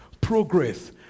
progress